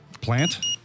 Plant